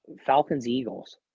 Falcons-Eagles